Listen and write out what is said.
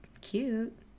cute